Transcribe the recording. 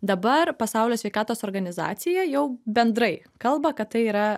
dabar pasaulio sveikatos organizacija jau bendrai kalba kad tai yra